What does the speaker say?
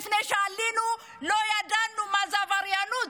לפני שעלינו לא ידענו מה זה עבריינות.